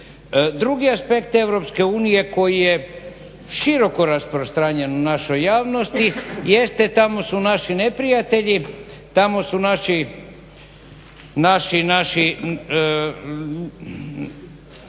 Drugi aspekti EU koji je široko rasprostranjen u našoj javnosti jeste tamo su naši neprijatelji, tamo su naši